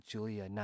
Julia